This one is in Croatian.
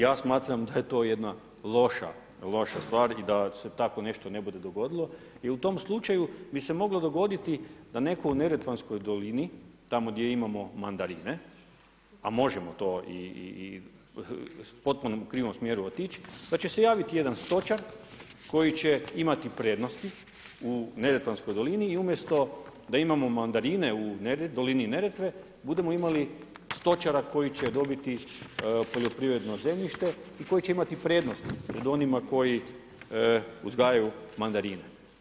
Ja smatram da je to jedna loša stvar i da se tako nešto ne bude dogodilo jer u tom slučaju bi se moglo dogoditi da netko u neretvanskoj dolini tamo gdje imamo mandarine a možemo to i u potpuno krivom smjeru otići da će se javiti jedan stočar koji će imati prednosti u neretvanskoj dolini i umjesto da imamo mandarine u dolini Neretve budemo imali stočara koji će dobiti poljoprivredno zemljište i koji će imati prednost pred onima koji uzgajaju mandarine.